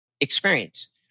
experience